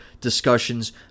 discussions